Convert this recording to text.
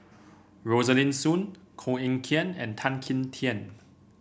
Rosaline Soon Koh Eng Kian and Tan Kim Tian